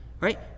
right